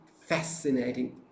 fascinating